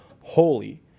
holy